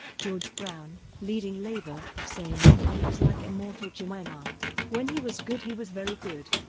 george brown, leading labour, saying he was like immortal jemima when he was good he was very good,